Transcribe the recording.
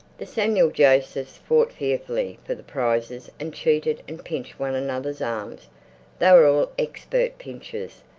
the samuel josephs fought fearfully for the prizes and cheated and pinched one another's arms they were all expert pinchers.